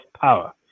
power